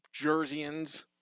Jerseyans